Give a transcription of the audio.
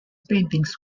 paintings